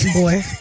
boy